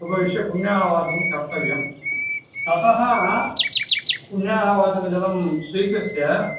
उपविश्य पुण्याहवाचनं कर्तव्यं ततः पुण्याहवाचनजलं स्वीकृत्य